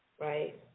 right